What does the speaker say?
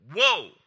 Whoa